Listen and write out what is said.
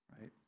right